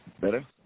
better